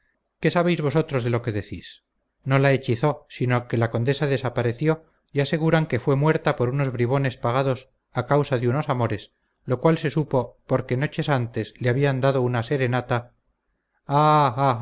qué sabéis vosotros de lo que decís no la hechizó sino que la condesa desapareció y aseguran que fue muerta por unos bribones pagados a causa de unos amores lo cual se supo porque noches antes le habían dado una serenata